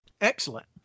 Excellent